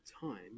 time